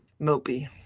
Mopey